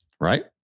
right